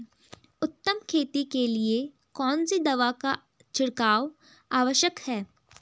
उत्तम खेती के लिए कौन सी दवा का छिड़काव आवश्यक है?